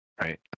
right